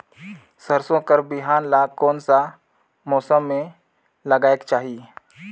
सरसो कर बिहान ला कोन मौसम मे लगायेक चाही?